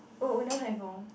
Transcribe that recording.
oh owner